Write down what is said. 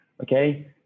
Okay